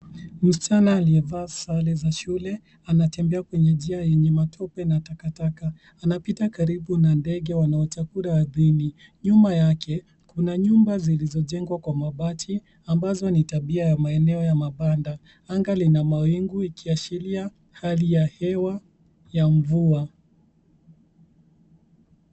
Msichana aliyevaa sare za shule anatembea kwenye njia yenye matope na takataka. Anapita karibu na ndege wanaochakura ardhini. Nyuma yake, kuna nyumba zilizojengwa kwa mabati ambazo ni tabia ya maeneo ya mabanda. Anga lina mawingu ikiashiria hali ya hewa ya mvua.